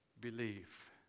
believe